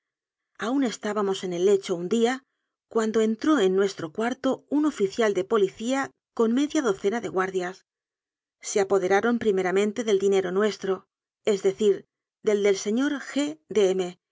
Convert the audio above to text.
aún estábamos en el lecho un día cuando entró en nuestro cuarto un oficial de policía con media do cena de guardias se apoderaron primeramente del dinero nuestro es decir del del señor g de m y